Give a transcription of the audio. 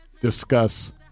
discuss